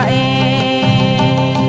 a